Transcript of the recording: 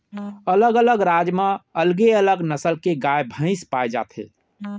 अलग अलग राज म अलगे अलग नसल के गाय भईंस पाए जाथे